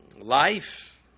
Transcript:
life